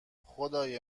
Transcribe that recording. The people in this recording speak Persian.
خدای